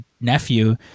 nephew